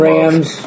Rams